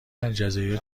الجزایر